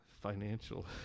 financial